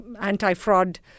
anti-fraud